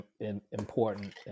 important